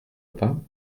pas